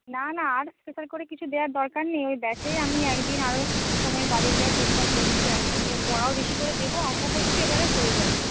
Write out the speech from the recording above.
না না আর স্পেশাল করে কিছু দেওয়ার দরকার নেই ওই ব্যাচেই আমি এক দিন আরও সময় বাড়িয়ে দিয়ার চেষ্টা করছি আর কি পড়াও বেশি করে দেবো আশা করছি এবারে হয়ে যাবে